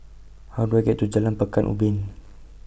How Do I get to Jalan Pekan Ubin